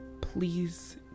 Please